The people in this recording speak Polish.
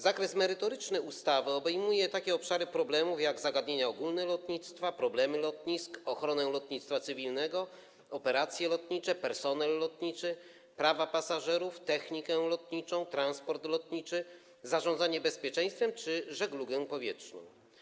Zakres merytoryczny ustawy obejmuje takie obszary problemów, jak zagadnienia ogólne lotnictwa, problemy lotnisk, ochronę lotnictwa cywilnego, operacje lotnicze, personel lotniczy, prawa pasażerów, technikę lotniczą, transport lotniczy, zarządzanie bezpieczeństwem czy żeglugę powietrzną.